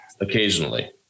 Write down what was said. Occasionally